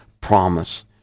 Promise